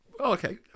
okay